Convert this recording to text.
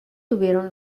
tuvieron